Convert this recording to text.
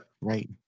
Right